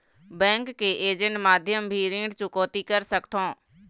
Bank के agent माध्यम भी ऋण चुकौती कर सकथों?